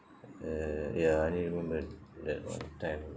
uh ya I only remember that one time